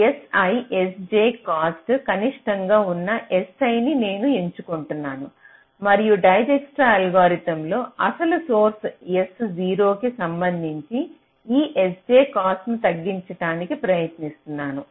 Si sj cost కనిష్టంగా ఉన్న si ని నేను ఎంచుకుంటాను మరియు డైజ్క్స్ట్రా అల్గోరిథంల లో అసలు సోర్స్ s0 కి సంబంధించి ఈ sj కాస్ట్ ను తగ్గించడానికి ప్రయత్నిస్తున్నాము